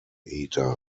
eater